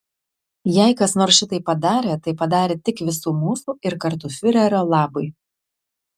jei kas nors šitai padarė tai padarė tik visų mūsų ir kartu fiurerio labui